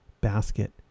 basket